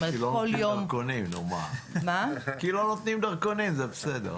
כי לא נותנים דרכונים, זה בסדר.